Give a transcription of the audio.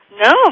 No